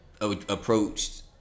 approached